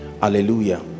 Hallelujah